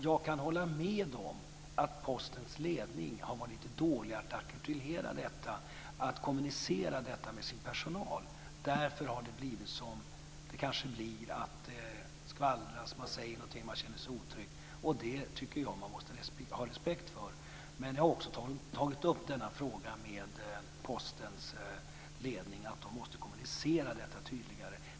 Jag kan hålla med om att Postens ledning har varit dålig på att artikulera och kommunicera detta till sin personal. Därför har det blivit så här: Det skvallras, man säger någonting och känner sig otrygg. Det tycker jag att man måste ha respekt för. Men jag har tagit upp denna fråga med Postens ledning, att den måste kommunicera detta tydligare.